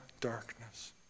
darkness